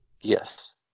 Yes